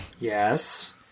yes